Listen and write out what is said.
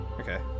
Okay